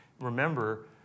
remember